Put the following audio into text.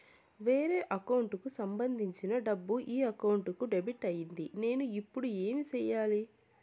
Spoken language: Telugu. వేరే అకౌంట్ కు సంబంధించిన డబ్బు ఈ అకౌంట్ కు డెబిట్ అయింది నేను ఇప్పుడు ఏమి సేయాలి